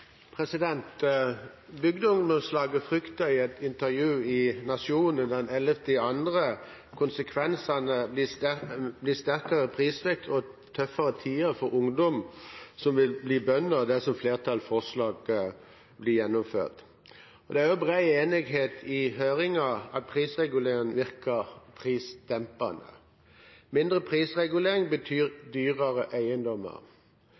frykter – i et intervju i Nationen den 11. februar – at konsekvensene blir «sterkare prisvekst og tøffare tider for ungdom som vil bli bønder» dersom flertallsforslaget blir gjennomført. Det er bred enighet i høringen om at prisregulering virker prisdempende. Mindre prisregulering betyr dyrere eiendommer.